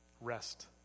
rest